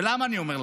ולמה אני אומר לך?